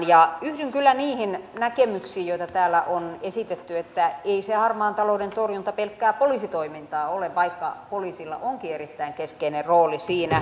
yhdyn kyllä niihin näkemyksiin joita täällä on esitetty että ei se harmaan talouden torjunta pelkkää poliisitoimintaa ole vaikka poliisilla onkin erittäin keskeinen rooli siinä